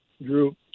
Drew